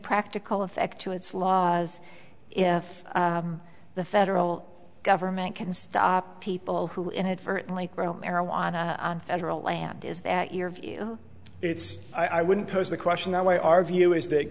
practical effect to its law as if the federal government can stop people who inadvertently grow marijuana on federal land is that your view it's i wouldn't pose the question that way our view is